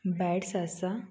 bad salsa